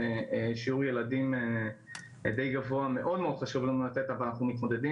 שיעור ילדים די גבוה מאוד מאוד חשוב לנו לתת אבל אנחנו מתמודדים